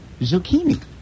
zucchini